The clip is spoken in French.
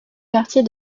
quartier